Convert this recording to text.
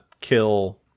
kill